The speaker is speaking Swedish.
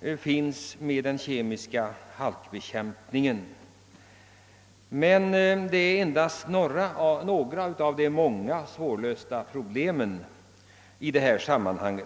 är förenade med den kemiska halkbekämpningen, men han nämnde endast några av de många svårlösta problemen i detta sammanhang.